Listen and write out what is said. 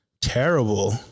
terrible